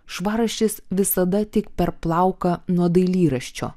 švarraštis visada tik per plauką nuo dailyraščio